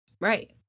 Right